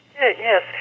Yes